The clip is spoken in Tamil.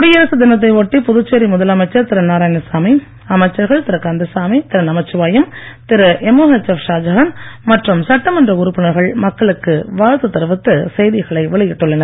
குடியரசு தினத்தை ஒட்டி புதுச்சேரி முதலமைச்சர் திரு நாராயணசாமி அமைச்சர்கள் திரு கந்தசாமி திரு நமச்சிவாயம் திரு எம்ஒஎச்எப் ஷாஜகான் மற்றும் சட்டமன்ற உறுப்பினர்கள் மக்களுக்கு வாழ்த்து தெரிவித்து செய்திகளை வெளியிட்டுள்ளனர்